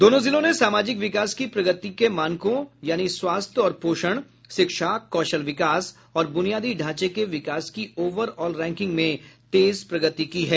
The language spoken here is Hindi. दोनों जिलों ने सामाजिक विकास की प्रगति के मानकों यानि स्वास्थ्य और पोषण शिक्षा कौशल विकास और बुनियादी ढांचे के विकास की ओवर आल रैंकिंग में तेज प्रगति की है